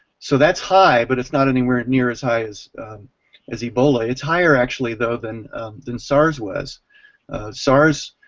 so that's high but it's not anywhere near as high as as ebola. its higher actually though than than sars was sars'